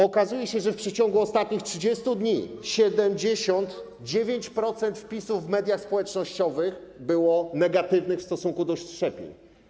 Okazuje się, że w przeciągu ostatnich 30 dni 79% wpisów w mediach społecznościowych było negatywnych w stosunku do szczepień.